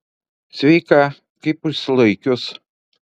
sveika kaip užsilaikius